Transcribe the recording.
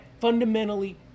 fundamentally